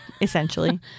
Essentially